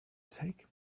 take